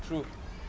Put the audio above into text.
true